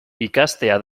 ikastea